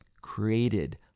created